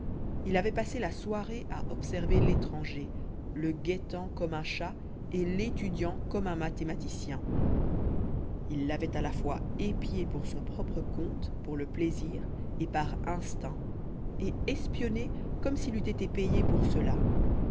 il avait passé la soirée à observer l'étranger le guettant comme un chat et l'étudiant comme un mathématicien il l'avait à la fois épié pour son propre compte pour le plaisir et par instinct et espionné comme s'il eût été payé pour cela